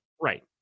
Right